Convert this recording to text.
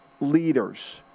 leaders